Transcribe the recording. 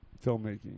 filmmaking